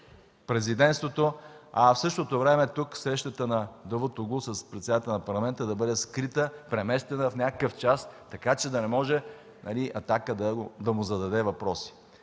Президентството, а в същото време тук срещата на Давутоглу с председателя на Парламента да бъде скрита, преместена в някакъв час, така че да не може „Атака” да му зададе въпроси.